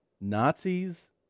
Nazis